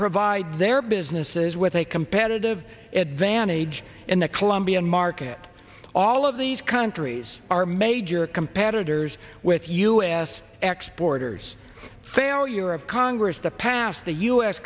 provide their businesses with a competitive advantage in the colombian market all of these countries are major competitors with us asked x borders failure of congress to pass the u